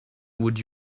would